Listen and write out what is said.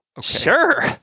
Sure